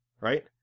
right